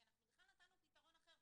כי אנחנו בכלל נתנו פתרון אחר.